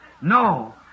No